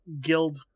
guild